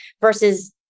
Versus